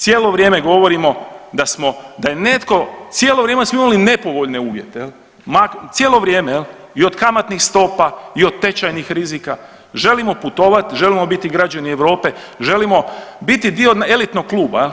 Cijelo vrijeme govorimo da je netko cijelo vrijeme smo imali nepovoljne uvjete, cijelo vrijeme i od kamatnih stopa i od tečajnih rizika, želimo putovat, želimo biti građani Europe, želimo biti dio elitnog kluba.